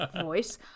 voice